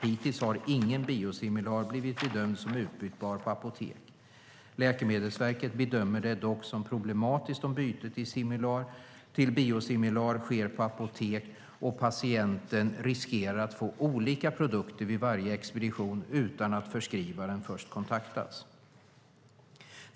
Hittills har ingen biosimilar blivit bedömd som utbytbar på apotek. Läkemedelsverket bedömer det dock som problematiskt om byte till biosimilar sker på apotek, och patienten riskerar att få olika produkter vid varje expedition utan att förskrivaren först kontaktas.